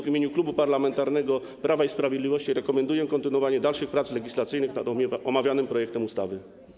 W imieniu Klubu Parlamentarnego Prawo i Sprawiedliwość rekomenduję kontynuowanie dalszych prac legislacyjnych nad omawianym projektem ustawy.